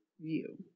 view